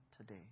today